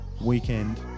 weekend